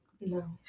no